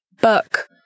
book